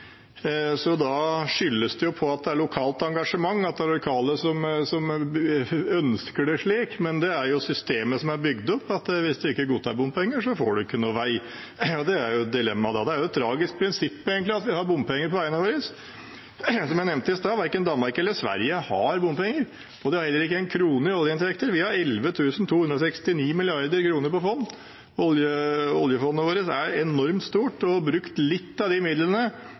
Da skyldes det på lokalt engasjement, at de lokale ønsker det slik. Men systemet er bygd opp slik at hvis en ikke godtar bompenger, får en ikke noe vei. Det er dilemmaet. Det er et tragisk prinsipp, egentlig, at vi har bompenger på veiene våre. Som jeg nevnte i sted, har verken Danmark eller Sverige bompenger, og de har heller ikke én krone oljeinntekter. Vi har 11 269 mrd. kr på fond. Oljefondet vårt er enormt stort, og å bruke litt av de midlene